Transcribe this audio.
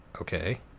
okay